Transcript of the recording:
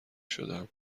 شدم